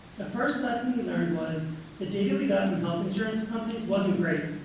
the first lesson we learned was the data we got from health insurance companies wasn't great.